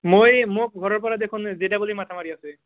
মই মোক ঘৰৰ পৰা দেখোনঁ জে ডাবল ই মাথা মাৰি আছে